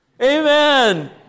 amen